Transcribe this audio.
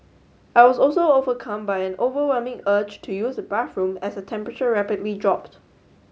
I was also overcome by an overwhelming urge to use the bathroom as the temperature rapidly dropped